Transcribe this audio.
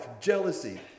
jealousy